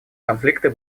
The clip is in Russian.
конфликты